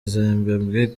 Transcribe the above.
zimbabwe